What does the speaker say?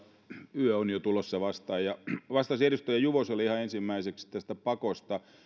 yö on jo tulossa vastaan vastaisin edustaja juvoselle ihan ensimmäiseksi tästä pakosta